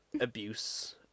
abuse